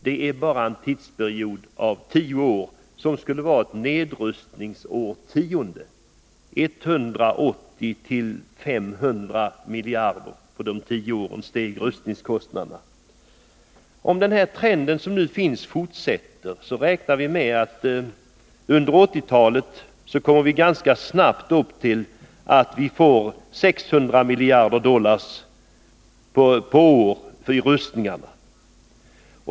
Det är en tidsperiod som omfattar endast tio år — som skulle vara ett nedrustningsårtionde! Rustningskostnaderna steg alltså från 180 miljarder till 500 miljarder dollar på de tio åren! Om den här trenden fortsätter räknar vi med att vi under 1980-talet skulle snabbt komma upp till rustningskostnader på 600 miljarder dollar per år.